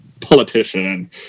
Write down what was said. politician